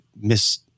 miss